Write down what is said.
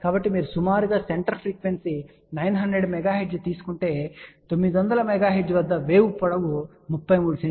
కాబట్టి మీరు సుమారుగా సెంటర్ ఫ్రీక్వెన్సీ 900 MHz తీసుకుంటే 900 MHz వద్ద వేవ్ పొడవు 33 సెం